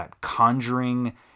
conjuring